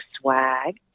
swag